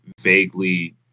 vaguely